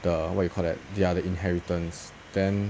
the what you call that ya the inheritance then